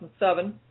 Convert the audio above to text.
2007